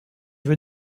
veux